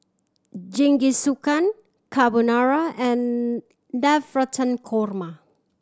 Jingisukan Carbonara and Navratan Korma